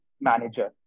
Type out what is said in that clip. manager